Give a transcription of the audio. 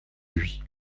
lui